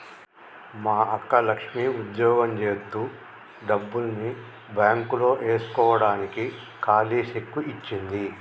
మా అక్క లక్ష్మి ఉద్యోగం జేత్తు డబ్బుల్ని బాంక్ లో ఏస్కోడానికి కాలీ సెక్కు ఇచ్చింది